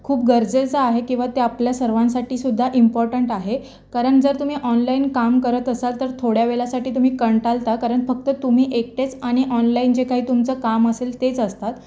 खूप गरजेचं आहे किंवा ते आपल्या सर्वांसाठीसुद्धा इम्पॉर्टंट आहे कारण जर तुम्ही ऑनलाईन काम करत असाल तर थोड्या वेळासाठी तुम्ही कंटाळता कारण फक्त तुम्ही एकटेच आणि ऑनलाईन जे काही तुमचं काम असेल तेच असतात